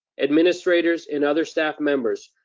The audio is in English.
administrators and other staff members,